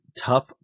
tough